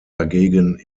dagegen